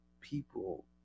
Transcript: people